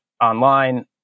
online